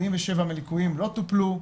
47% מהליקויים לא טופלו,